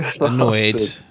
annoyed